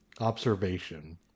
Observation